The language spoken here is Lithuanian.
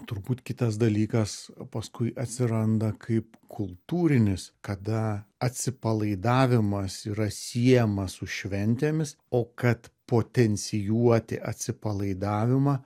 turbūt kitas dalykas paskui atsiranda kaip kultūrinis kada atsipalaidavimas yra siejamas su šventėmis o kad potencijuoti atsipalaidavimą